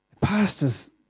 Pastors